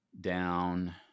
down